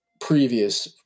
previous